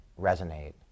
resonate